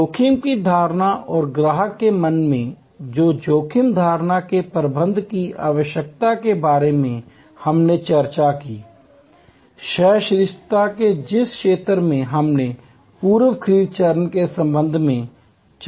जोखिम की धारणा और ग्राहकों के मन में जोखिम धारणा के प्रबंधन की आवश्यकता के बारे में हमने चर्चा की सहिष्णुता के जिस क्षेत्र पर हमने पूर्व खरीद चरण के संबंध में चर्चा की